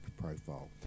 profile